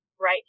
right